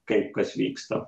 kaip kas vyksta